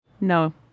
No